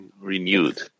renewed